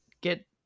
get